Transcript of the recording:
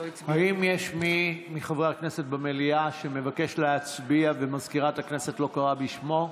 האם יש מי מחברי הכנסת במליאה שמבקש להצביע ומזכירת הכנסת לא קראה בשמו?